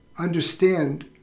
understand